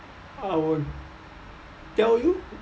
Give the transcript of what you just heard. I would tell you